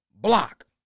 block